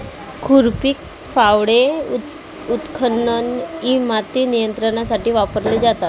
खुरपी, फावडे, उत्खनन इ माती नियंत्रणासाठी वापरले जातात